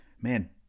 man